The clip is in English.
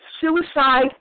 Suicide